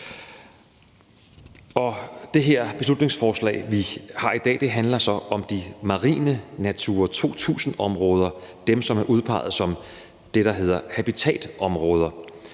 Det her beslutningsforslag, som vi har i dag, handler så om de marine Natura 2000-områder – dem, som er udpeget som det, der hedder habitatområder.